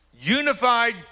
unified